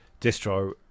distro